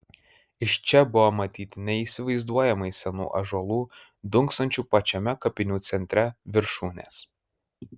iš čia buvo matyti neįsivaizduojamai senų ąžuolų dunksančių pačiame kapinių centre viršūnės